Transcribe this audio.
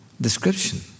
description